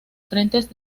frentes